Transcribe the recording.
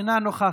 אינה נוכחת.